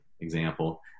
example